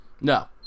No